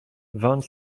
vingt